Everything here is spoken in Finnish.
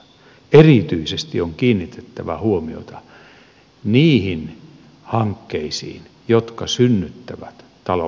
erityisesti on kiinnitettävä huomiota niihin hankkeisiin jotka synnyttävät taloudellista kasvua